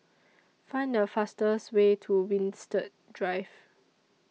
Find The fastest Way to Winstedt Drive